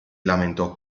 lamentò